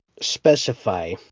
specify